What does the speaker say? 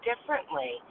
differently